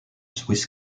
swiss